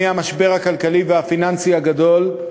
מהמשבר הכלכלי והפיננסי הגדול,